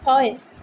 হয়